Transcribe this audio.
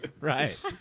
Right